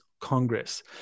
Congress